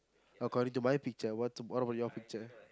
according to my picture what what about your picture